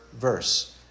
verse